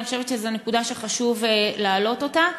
אני חושבת שזו נקודה שחשוב להעלות אותה.